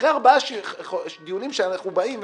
אחרי ארבעה דיונים שאנחנו באים ומשתתפים,